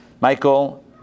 Michael